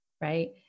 right